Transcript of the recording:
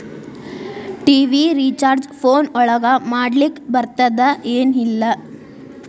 TV recharge phone ಒಳಗ ಮಾಡ್ಲಿಕ್ ಬರ್ತಾದ ಏನ್ ಇಲ್ಲ?